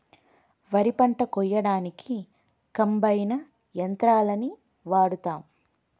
వరి పంట కోయడానికి కంబైన్ యంత్రాలని వాడతాం